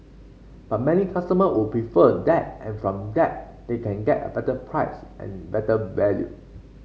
but many customers would prefer that and from that they get a better price and better value